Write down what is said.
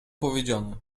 powiedziane